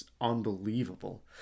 unbelievable